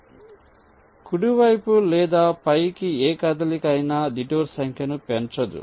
కాబట్టి కుడి వైపు లేదా పైకి ఏ కదలిక అయినా డిటూర్ సంఖ్యను పెంచదు